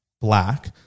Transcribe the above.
black